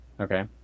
Okay